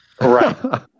Right